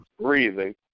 breathing